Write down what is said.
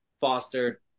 Foster